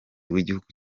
w’igihugu